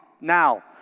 now